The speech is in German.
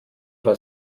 war